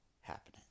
happening